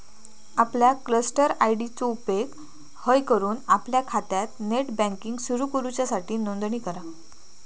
आपल्या cluster ID चो उपेग हय करून आपल्या खात्यात नेट बँकिंग सुरू करूच्यासाठी नोंदणी करा